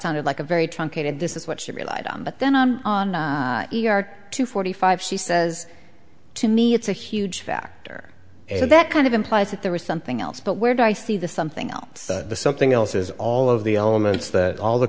sounded like a very truncated this is what she relied on but then i'm on the e r to forty five she says to me it's a huge factor that kind of implies that there was something else but where do i see the something else something else is all of the elements that all the